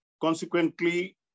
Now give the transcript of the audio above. Consequently